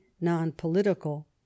non-political